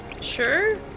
sure